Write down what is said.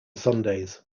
sundays